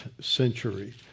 century